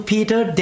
Peter